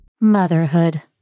Motherhood